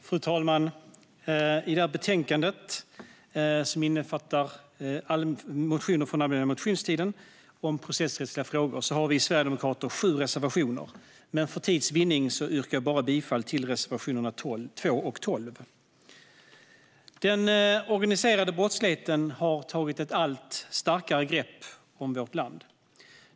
Fru talman! I detta betänkande, som innefattar motioner från allmänna motionstiden om processrättsliga frågor, har vi sverigedemokrater sju reservationer. Men för tids vinnande yrkar jag bifall bara till reservationerna 2 och 12. Den organiserade brottsligheten har tagit ett allt starkare grepp om vårt land.